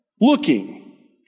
looking